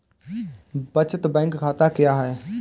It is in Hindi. बचत बैंक खाता क्या है?